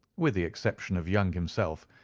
with the exception of young himself,